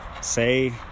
Say